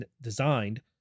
designed